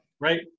Right